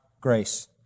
grace